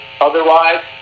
otherwise